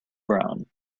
brown